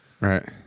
Right